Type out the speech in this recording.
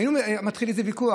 היה מתחיל איזה ויכוח.